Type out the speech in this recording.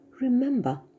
remember